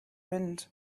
wind